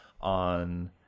on